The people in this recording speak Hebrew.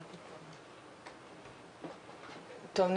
טוב,